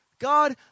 God